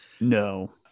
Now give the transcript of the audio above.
No